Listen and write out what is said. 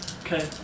Okay